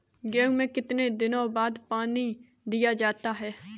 गेहूँ में कितने दिनों बाद पानी दिया जाता है?